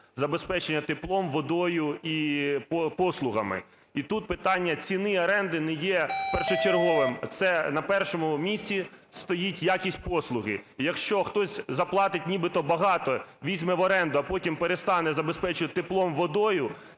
забезпечує теплом, водою і послугами. І тут питання ціни, оренди не є першочерговим, це на першому місті стоїть якість послуги. Якщо хтось заплатить нібито багато, візьме в оренду, а потім перестане забезпечувати теплом, водою,